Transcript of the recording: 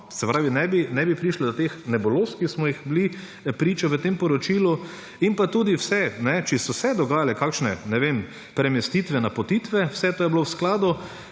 Se pravi, ne bi prišlo do teh nebuloz, ki smo jim bili priča v tem poročilu, in tudi, če so se dogajale kakšne premestitve, napotitve, vse to je bilo v skladu